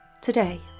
today